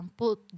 put